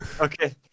Okay